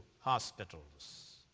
hospitals